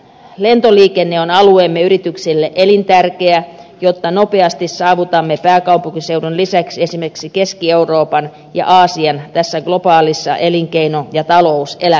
lentoliikenne on alueemme yrityksille elintärkeä jotta nopeasti saavutamme pääkaupunkiseudun lisäksi esimerkiksi keski euroopan ja aasian tässä globaalissa elinkeino ja talouselämässä